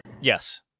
Yes